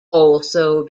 also